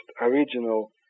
original